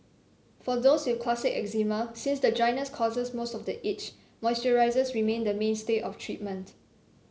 for those with classic eczema since the dryness causes most of the itch moisturisers remain the mainstay of treatment